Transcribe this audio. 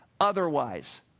otherwise